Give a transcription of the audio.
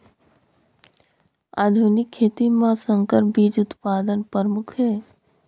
आधुनिक खेती म संकर बीज उत्पादन प्रमुख हे